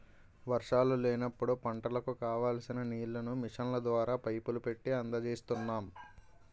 వర్షాలు లేనప్పుడు పంటలకు కావాల్సిన నీళ్ళను మిషన్ల ద్వారా, పైపులు పెట్టీ అందజేస్తున్నాం